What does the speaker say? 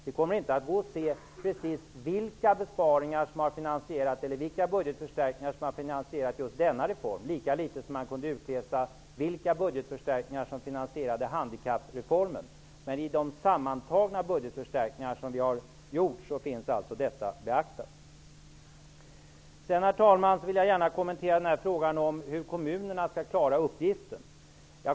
Det kommer inte att gå att se precis vilka budgetförstärkningar som har finansierat just denna reform, lika litet som man kunde utläsa vilka budgetförstärkningar som finansierade handikappreformen. I de sammantagna budgetförstärkningar som vi har gjort finns alltså detta beaktat. Herr talman! Jag vill också gärna kommentera frågan om hur kommunerna skall klara uppgiften.